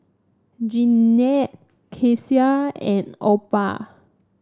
Jeannette Kecia and Opha